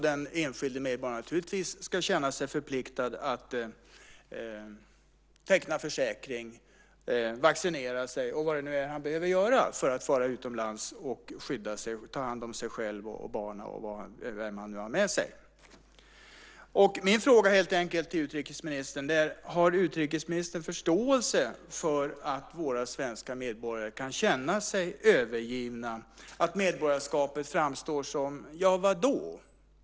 Den enskilde medborgaren ska naturligtvis också känna sig förpliktad att teckna försäkring, vaccinera sig och vad han nu behöver göra för att, när han reser utomlands, skydda sig och ta hand om sig själv och barnen och vem han nu har med sig. Min fråga till utrikesministern är helt enkelt: Har utrikesministern förståelse för att svenska medborgare kan känna sig övergivna, att medborgarskapet framstår som - ja, vadå?